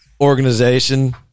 organization